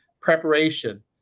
Preparation